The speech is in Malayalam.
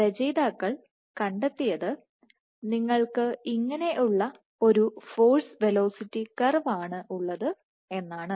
രചയിതാക്കൾ കണ്ടെത്തിയത് നിങ്ങൾക്ക് ഇങ്ങനെ ഉള്ള ഒരു ഫോഴ്സ് വെലോസിറ്റി കർവ് ആണ് ഉള്ളത് എന്നാണ്